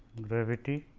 gravity